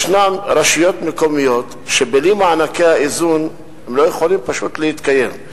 ישנן רשויות מקומיות שבלי מענקי האיזון לא יכולות פשוט להתקיים.